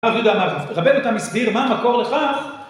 רב יהודה אמר, רבנו תם הסביר מה המקור לכך?